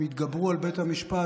הם יתגברו על בית המשפט,